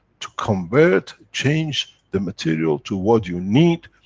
to convert, change the material to what you need,